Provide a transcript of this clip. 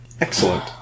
Excellent